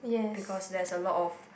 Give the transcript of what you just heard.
because there's a lot of